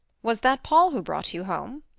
was that paul who brought you home?